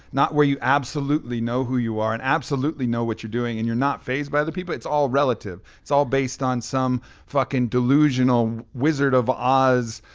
not where you absolutely know who you are and absolutely know what you're doing and you're not phased by other people. it's all relative. it's all based on some fucking delusional wizard of oz